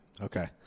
Okay